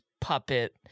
puppet